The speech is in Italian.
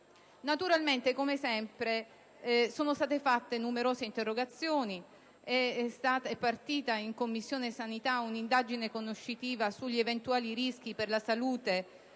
Naturalmente, come sempre, sono state presentate numerose interrogazioni, è stata avviata in Commissione sanità un'indagine conoscitiva sugli eventuali rischi per la salute